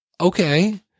okay